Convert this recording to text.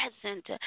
present